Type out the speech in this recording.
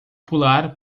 pular